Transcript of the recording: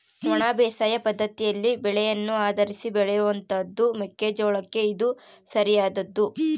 ಒಣ ಬೇಸಾಯ ಪದ್ದತಿಯಲ್ಲಿ ಮಳೆಯನ್ನು ಆಧರಿಸಿ ಬೆಳೆಯುವಂತಹದ್ದು ಮೆಕ್ಕೆ ಜೋಳಕ್ಕೆ ಇದು ಸರಿಯಾದದ್ದು